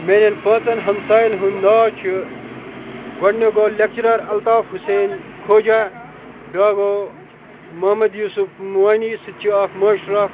میٛانٮ۪ن پانٛژَن ہَمسایَن ہُنٛد ناو چھُ گۄڈٕنیُک گوٚو لٮ۪کچَرار الطاف حُسین خواجَہ بیٛاکھ گوٚو محمد یوٗسُف وانی سُہ تہِ چھِ اَکھ ماسٹَر اَکھ